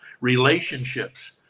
Relationships